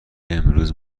امروزه